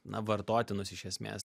na vartotinus iš esmės